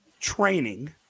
training